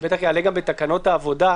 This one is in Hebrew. שבטח יעלה גם בתקנות העבודה,